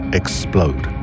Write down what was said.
explode